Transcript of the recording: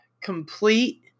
complete